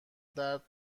درد